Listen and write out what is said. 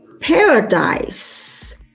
paradise